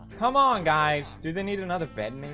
come on guys. do they need another bed, man?